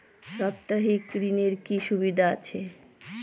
সাপ্তাহিক ঋণের কি সুবিধা আছে?